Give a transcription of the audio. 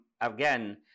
again